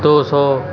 ਦੋ ਸੌ